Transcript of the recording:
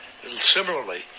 Similarly